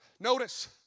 Notice